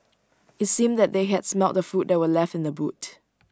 IT seemed that they had smelt the food that were left in the boot